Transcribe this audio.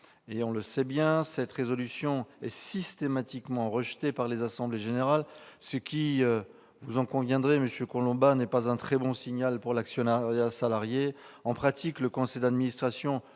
on le sait bien, une telle résolution est systématiquement rejetée par les assemblées générales, ce qui, vous en conviendrez, monsieur Collombat, n'est pas un très bon signal pour l'actionnariat salarié ... En fait, le conseil d'administration